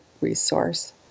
resource